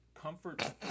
Comfort